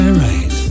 right